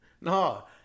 No